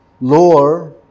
lower